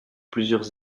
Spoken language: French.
plusieurs